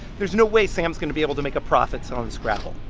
there's no way sam's going to be able to make a profit selling scrabble.